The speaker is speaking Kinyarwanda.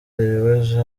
ibibazo